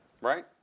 Right